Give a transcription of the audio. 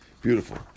Beautiful